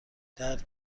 درد